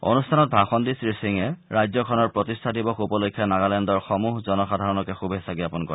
অনুষ্ঠান ভাষণ দি শ্ৰীসিঙে ৰাজ্যখনৰ প্ৰতিষ্ঠা দিৱস উপলক্ষে নাগালেণ্ডৰ সমূহ জনসাধাৰণতে শুভেচ্ছা জ্ঞাপণ কৰে